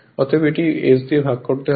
তবে এটিকে s দিয়ে ভাগ করতে হবে